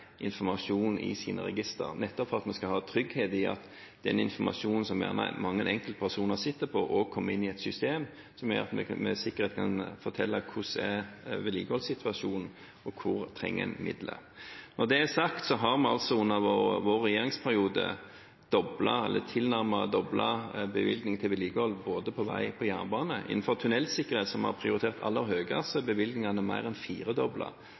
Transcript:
skal ha trygghet for at den informasjonen som gjerne mange enkeltpersoner sitter på, også kommer inn i et system som gjør at vi med sikkerhet kan fortelle hvordan vedlikeholdssituasjonen er, og hvor en trenger midler. Når det er sagt, har vi i vår regjeringsperiode tilnærmet doblet bevilgningene til vedlikehold både på vei og på jernbane. Innenfor tunnelsikkerhet, som vi har prioritert aller høyest, er bevilgningene mer enn